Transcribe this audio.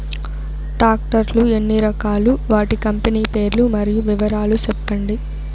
Tractor లు ఎన్ని రకాలు? వాటి కంపెని పేర్లు మరియు వివరాలు సెప్పండి?